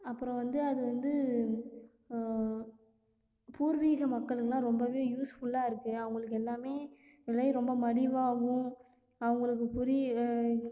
அப்புறம் வந்து அது வந்து பூர்வீக மக்களுக்குலாம் ரொம்பவே யூஸ்ஃபுல்லாக இருக்குது அவங்களுக்கு எல்லாமே விலை ரொம்ப மலிவாகவும் அவங்களுக்கு புரி